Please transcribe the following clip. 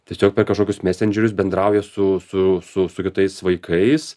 tiesiog per kažkokius mesendžerius bendrauja su su su su kitais vaikais